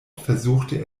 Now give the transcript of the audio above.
versuchte